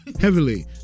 Heavily